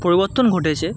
পরিবর্তন ঘটেছে